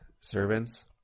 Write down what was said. servants